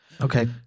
Okay